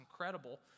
incredible